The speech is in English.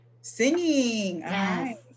Singing